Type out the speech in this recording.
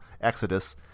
Exodus